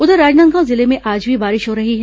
उधर राजनांदगांव जिले में आज भी बारिश हो रही है